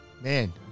man